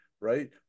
right